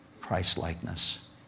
Christ-likeness